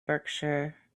berkshire